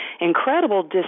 incredible